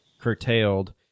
curtailed